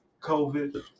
COVID